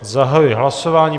Zahajuji hlasování.